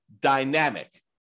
dynamic